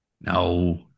no